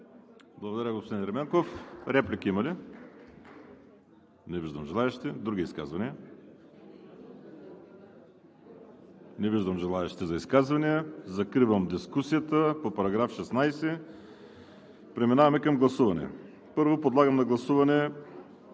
Благодаря, господин Ерменков. Реплики има ли? Не виждам желаещи. Други изказвания? Не виждам желаещи за изказвания. Закривам дискусията по § 16. Преминаваме към гласуване. Първо подлагам на гласуване